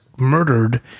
murdered